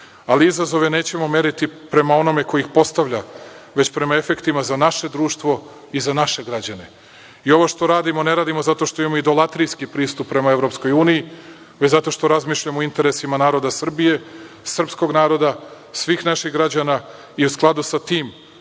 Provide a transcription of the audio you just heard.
ali izazove nećemo meriti prema onome ko ih postavlja, već prema efektima za naše društvo i za naše građane. I ovo što radimo ne radimo zato što imamo idolatrijski pristup prema EU, već zato što razmišljamo o interesima naroda Srbije, srpskog naroda, svih naših građana i u skladu sa tim